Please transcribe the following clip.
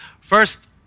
First